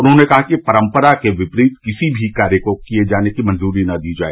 उन्होंने कहा कि परम्परा के विपरीत किसी भी कार्य को किये जाने की मंजूरी न दी जाए